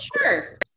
Sure